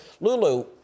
Lulu